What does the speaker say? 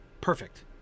Perfect